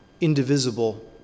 indivisible